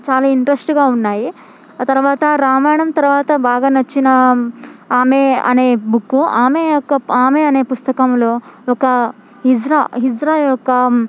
చాలా ఇంట్రెస్ట్గా ఉన్నాయి ఆ తర్వాత రామాయణం తర్వాత బాగా నచ్చిన ఆమె అనే బుక్కు ఆమె అనే పుస్తకంలో ఒక హిజ్రా హిజ్రా యొక్కజీ